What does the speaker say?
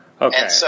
Okay